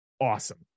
awesome